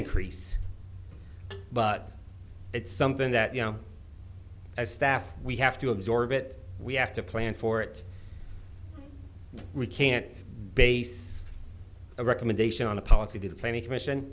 increase but it's something that you know as staff we have to absorb it we have to plan for it we can't base a recommendation on a policy to be plenty commission